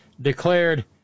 declared